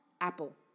Apple